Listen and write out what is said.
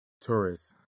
tourists